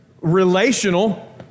Relational